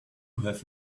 have